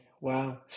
Wow